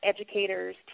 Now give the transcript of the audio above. educators